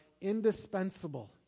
indispensable